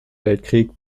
weltkrieg